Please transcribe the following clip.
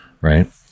Right